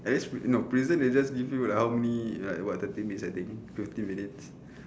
at least pri~ no prison they just give you like how many like what thirty minutes I think fifty minutes